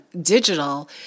digital